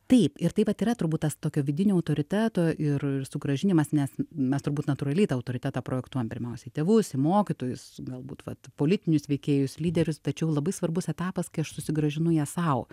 taip ir tai vat yra turbūt tas tokio vidinio autoriteto ir ir sugrąžinimas nes mes turbūt natūraliai tą autoritetą projektuojam pirmiausiai į tėvus į mokytojus galbūt vat politinius veikėjus lyderius tačiau labai svarbus etapas kai aš susigrąžinu ją sau